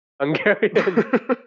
Hungarian